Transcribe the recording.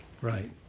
right